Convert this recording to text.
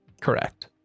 correct